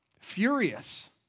furious